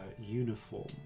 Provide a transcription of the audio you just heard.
uniform